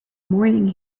morning